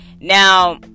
Now